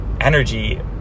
energy